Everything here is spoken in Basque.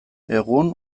egun